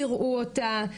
תראו אותה,